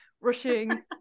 rushing